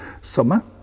summer